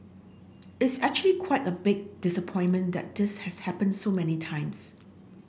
it's actually quite a big disappointment that this has happened so many times